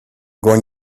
going